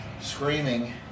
Screaming